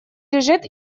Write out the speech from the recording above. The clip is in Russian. лежит